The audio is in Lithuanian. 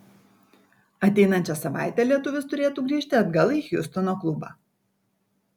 ateinančią savaitę lietuvis turėtų sugrįžti atgal į hjustono klubą